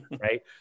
right